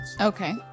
okay